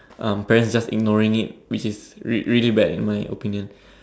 um parents just ignoring it which is rea~ really bad in my opinion